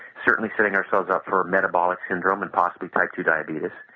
certainly setting ourselves up for a metabolic syndrome and possibly type two diabetes,